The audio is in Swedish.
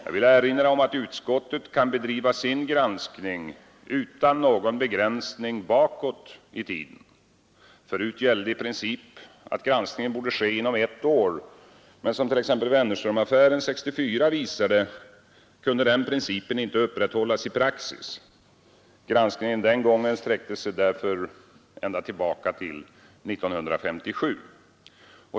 Jag vill erinra om att utskottet kan bedriva sin granskning utan någon begränsning bakåt i tiden. Förut gällde i princip att granskningen borde ske inom ett år, men som t.ex. Wennerströmaffären 1964 visade kunde den principen inte upprätthållas i praxis: granskningen den gången sträckte sig ända tillbaka till 1957.